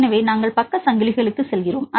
எனவே நாங்கள் பக்க சங்கிலிகளுக்குச் செல்கிறோம்